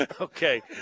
Okay